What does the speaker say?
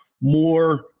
more